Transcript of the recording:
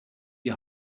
die